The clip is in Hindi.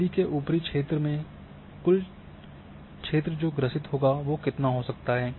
नदी के ऊपरी क्षेत्र में कुल क्षेत्र जो ग्रसित होगा वो कितना हो सकता है